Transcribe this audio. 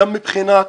גם מבחינת